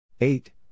eight